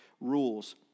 rules